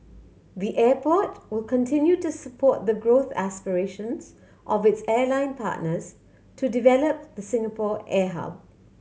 the airport will continue to support the growth aspirations of its airline partners to develop the Singapore air hub